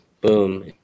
Boom